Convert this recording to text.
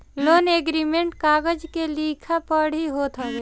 loan agreement कागज के लिखा पढ़ी होत हवे